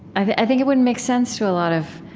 i think it wouldn't make sense to a lot of,